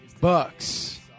bucks